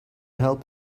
help